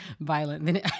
violent